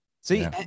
see